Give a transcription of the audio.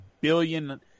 billion